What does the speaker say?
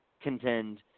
contend